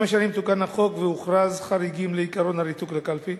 עם השנים תוקן החוק והוכרו חריגים לעקרון הריתוק לקלפי,